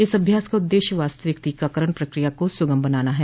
इस अभ्यास का उद्देश्य वास्तविक टीकाकरण प्रक्रिया को सुगम बनाना है